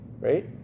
right